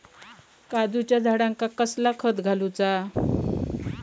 काजूच्या झाडांका कसला खत घालूचा?